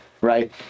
Right